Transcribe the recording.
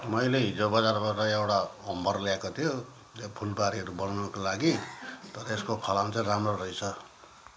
मैले हिजो बजारबाट एउटा हम्बर ल्याएको थियो त्यो फुलबारीहरू बनाउँनुको लागि तर यसको फलाम चाहिँ राम्रो रहेछ